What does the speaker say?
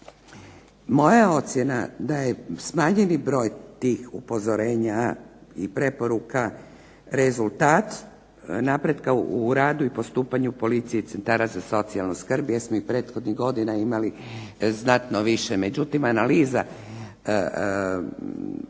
Moja je ocjena da je smanjeni broj tih upozorenja i preporuka rezultat napretka u radu i postupanje policije i centara za socijalnu skrb, jer smo i prethodnih godina imali znatno više, međutim, analiza